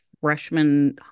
freshman